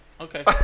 okay